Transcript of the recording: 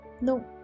No